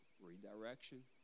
redirection